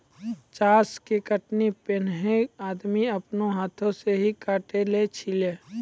चास के कटनी पैनेहे आदमी आपनो हाथै से ही काटै छेलै